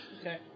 okay